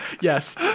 yes